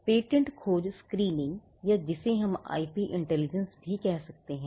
patent खोज screening या जिसे हम आईपी इंटेलिजेंस कहते हैं